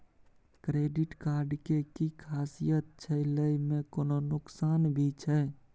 Credit card के कि खासियत छै, लय में कोनो नुकसान भी छै?